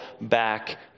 back